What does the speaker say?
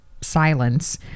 silence